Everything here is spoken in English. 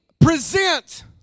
present